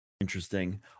Interesting